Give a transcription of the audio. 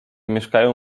mieszkają